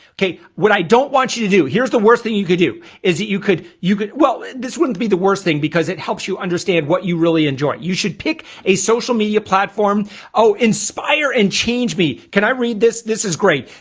okay what i don't want you to do here's the worst thing you could do is it you could you could well this wouldn't be the worst thing because it helps you understand what you really enjoy. you should pick a social media platform oh inspire and change me can i read this? this is great.